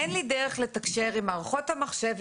אין לי דרך לתקשר עם מערכות המחשב,